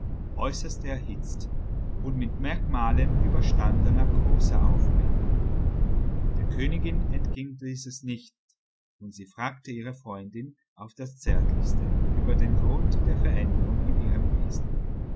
äußerst erhitzt und mit merkmalen überstandener großer aufregung der königin entging dieses nicht und sie fragte ihre freundin auf das zärtlichste über den grund der veränderung in ihrem wesen